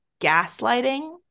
gaslighting